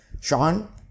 Sean